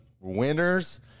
winners